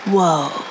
Whoa